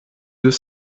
deux